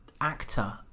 actor